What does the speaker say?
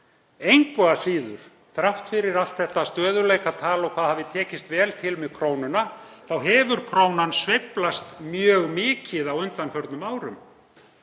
Engu að síður, þrátt fyrir allt þetta stöðugleikatal og hversu vel hafi tekist til með krónuna, hefur krónan sveiflast mjög mikið á undanförnum árum